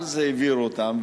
ואז העבירו אותם,